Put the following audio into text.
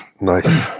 nice